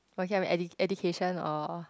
education or